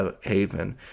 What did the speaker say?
Haven